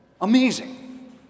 Amazing